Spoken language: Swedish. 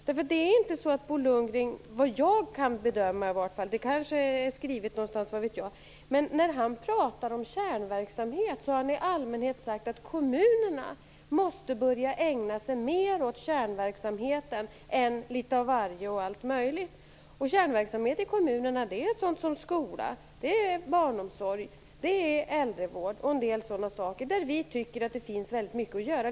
Det kanske finns något skrivet någonstans, vad vet jag, men såvitt jag kan bedöma har Bo Lundgren när han har pratat om kärnverksamhet i allmänhet sagt att kommunerna måste börja ägna sig mer åt kärnverksamheten än åt litet av varje och allt möjligt. Kärnverksamheten i kommunerna är skola, barnomsorg, äldrevård och sådana saker, där vi tycker att det finns väldigt mycket att göra.